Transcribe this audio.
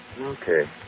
Okay